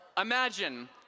Imagine